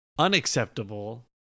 Unacceptable